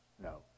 No